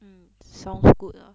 mm sounds good ah